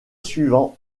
suivant